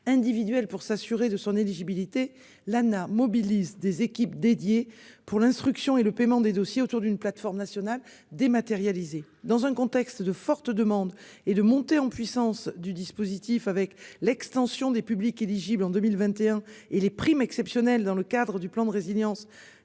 individuelle pour s'assurer de son éligibilité Lana mobilise des équipes dédiées pour l'instruction et le paiement des dossiers autour d'une plateforme nationale dématérialisée dans un contexte de forte demande et de montée en puissance du dispositif avec l'extension des publics éligibles en 2021 et les primes exceptionnelles dans le cadre du plan de résilience